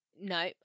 No